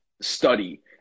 study